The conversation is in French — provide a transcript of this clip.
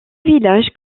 village